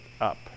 up